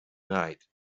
night